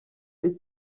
ari